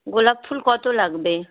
গোলাপ ফুল কত লাগবে